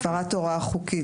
הפרת הוראה חוקית.